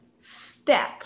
step